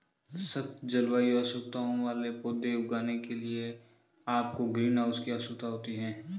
सख्त जलवायु आवश्यकताओं वाले पौधे उगाने के लिए आपको ग्रीनहाउस की आवश्यकता है